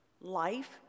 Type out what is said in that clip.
life